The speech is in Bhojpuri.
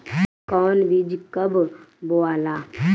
कौन बीज कब बोआला?